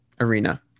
arena